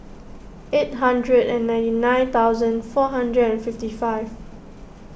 eight hundred and ninety nine thousand four hundred and fifty five